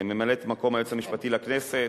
ממלאת-מקום היועץ המשפטי לכנסת,